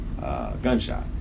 gunshot